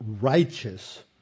righteous